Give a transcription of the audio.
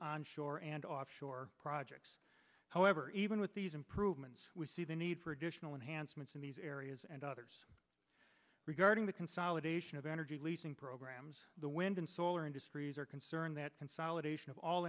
onshore and offshore projects however even with these improvements we see the need for additional enhanced mit's in these areas and others regarding the consolidation of energy leasing programs the wind and solar industries are concerned that